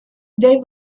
they